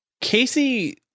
Casey